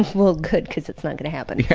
well, good, cuz it's not gonna happen. yeah